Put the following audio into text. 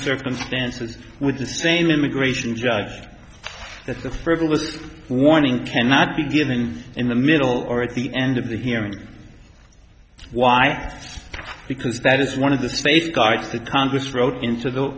circumstances with the same immigration judge that the frivolous warning cannot be given in the middle or at the end of the hearing why because that is one of the space gods that congress wrote into the